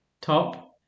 top